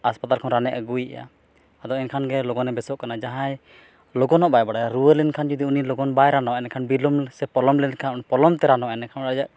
ᱦᱟᱥᱯᱟᱛᱟᱞ ᱠᱷᱚᱱ ᱨᱟᱱᱮ ᱟᱹᱜᱩᱭᱮᱜᱼᱟ ᱟᱫᱚ ᱮᱱᱠᱷᱟᱱᱜᱮ ᱞᱚᱜᱚᱱᱮ ᱵᱮᱥᱚᱜ ᱠᱟᱱᱟ ᱡᱟᱦᱟᱭ ᱞᱚᱜᱚᱱᱚᱜ ᱵᱟᱭ ᱵᱟᱲᱟᱭᱟ ᱨᱩᱣᱟᱹ ᱞᱮᱱᱠᱷᱟᱱ ᱡᱩᱫᱤ ᱩᱱᱤ ᱞᱚᱜᱚᱱ ᱵᱟᱭ ᱨᱟᱱᱚᱜᱼᱟ ᱮᱱᱠᱷᱟᱱ ᱵᱤᱞᱚᱢ ᱥᱮ ᱯᱚᱞᱚᱢ ᱞᱮᱱᱠᱷᱟᱱ ᱯᱚᱞᱚᱢ ᱛᱮ ᱨᱟᱱᱚᱜ ᱟᱭ ᱮᱱᱮᱠᱷᱟᱱ ᱟᱡᱟᱜ